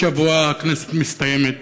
בעוד שבוע הכנסת מסתיימת.